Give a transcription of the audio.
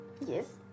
Yes